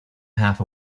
half